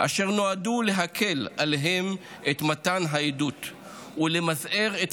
אשר נועדו להקל עליהם את מתן העדות ולמזער את